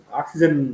oxygen